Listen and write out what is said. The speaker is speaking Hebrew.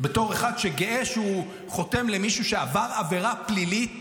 בתור אחד שגאה שהוא חותם למישהו שעבר עבירה פלילית